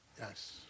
Yes